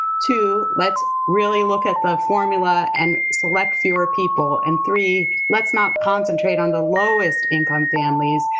two, let's really look at the formula and select fewer people. and three, let's not concentrate on the lowest income families,